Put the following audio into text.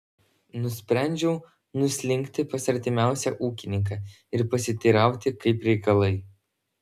nusprendžiau nuslinkti pas artimiausią ūkininką ir pasiteirauti kaip reikalai